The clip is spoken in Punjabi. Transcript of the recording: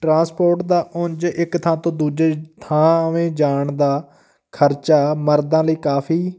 ਟਰਾਂਸਪੋਰਟ ਦਾ ਉਂਝ ਇੱਕ ਥਾਂ ਤੋਂ ਦੂਜੇ ਥਾਵੇਂ ਜਾਣ ਦਾ ਖਰਚਾ ਮਰਦਾਂ ਲਈ ਕਾਫੀ